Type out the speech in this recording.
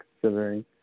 considering